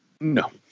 No